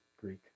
Greek